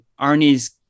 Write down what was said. Arnie's